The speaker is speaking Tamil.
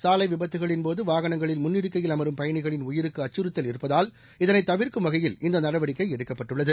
சாலைவிபத்துகளின்போதுவாகனங்களில் முன்னிருக்கையில் அமரும் பயணிகளின் உயிருக்குஅச்சுறுத்தல் இருப்பதால் இதனைதவிர்க்கும் வகையில் இந்தநடவடிக்கைஎடுக்கப்பட்டுள்ளது